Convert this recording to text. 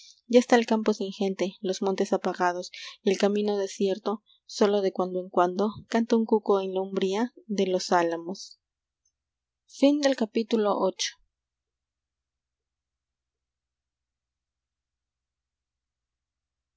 ya está el campo sin gente los montes apagados y el camino desierto sólo de cuando en cuando canta un cuco en la umbría de los álamos